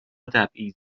تبعیضی